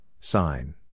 Sign